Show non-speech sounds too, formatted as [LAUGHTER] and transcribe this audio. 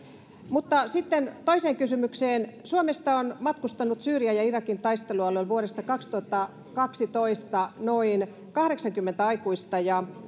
mutta sitten toiseen kysymykseen suomesta on matkustanut syyrian ja irakin taistelualueelle vuodesta kaksituhattakaksitoista noin kahdeksankymmentä aikuista ja [UNINTELLIGIBLE]